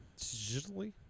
Digitally